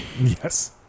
Yes